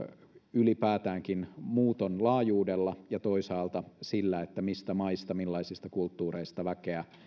ylipäätäänkin muuton laajuudella ja toisaalta sillä mistä maista millaisista kulttuureista väkeä